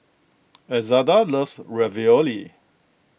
Elzada loves Ravioli